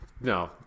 No